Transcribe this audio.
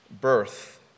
birth